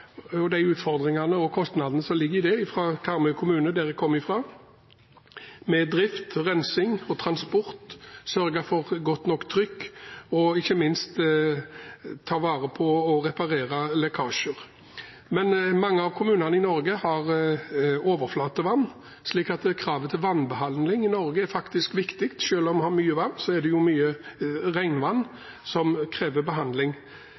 og de utfordringene og kostnadene som ligger i det, fra Karmøy kommune, der jeg kommer fra, med drift, rensing og transport og å sørge for godt nok trykk og ikke minst reparere lekkasjer. Men mange av kommunene i Norge har overflatevann, slik at kravet til vannbehandling i Norge er viktig. Selv om vi har mye vann, er det mye regnvann, som krever behandling.